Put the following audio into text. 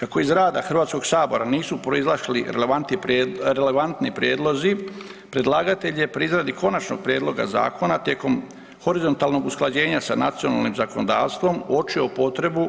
Kako iz rada Hrvatskog sabora nisu proizašli relevantni prijedlozi, predlagatelj je pri izradi konačnog prijedloga zakona tijekom horizontalnog usklađenja sa nacionalnim zakonodavstvom uočio potrebu